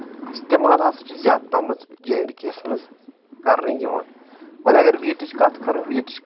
اِستعمال ہسا چھِ زیادٕ پہمتھ جے اینڈ کے یس منٛز کرنہٕ یِوان وۄنۍ اگر ویٖٹٕچ کتھ کرو ویٖٹ